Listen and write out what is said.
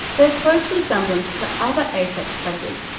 their close resemblance to other apex predators,